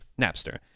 Napster